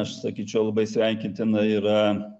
aš sakyčiau labai sveikintina yra